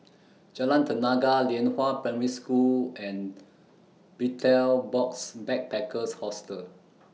Jalan Tenaga Lianhua Primary School and Betel Box Backpackers Hostel